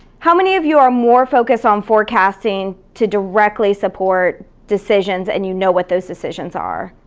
how many of you are more focused on forecasting to directly support decisions, and you know what those decisions are?